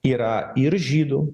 yra ir žydų